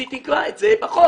אז שתקבע את זה בחוק.